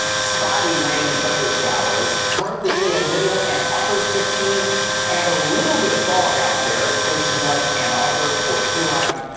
spotty rain and thundershowers. currently, we have middle and upper sixty s and a little bit of fog out there, in places like ann arbor, port huron,